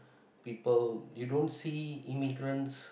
people you don't see immigrants